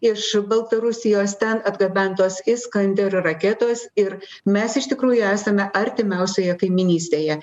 iš baltarusijos ten atgabentos iskander raketos ir mes iš tikrųjų esame artimiausioje kaimynystėje